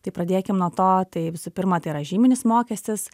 tai pradėkim nuo to tai visų pirma tai yra žyminis mokestis